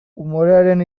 umorearen